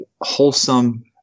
wholesome